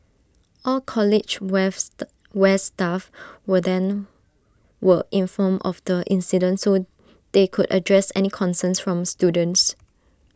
all college west staff were then were informed of the incident so they could address any concerns from students